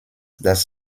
das